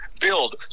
build